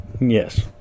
Yes